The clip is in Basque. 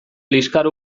liskar